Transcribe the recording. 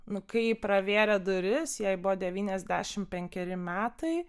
nu kai ji pravėrė duris jai buvo devyniasdešimt penkeri metai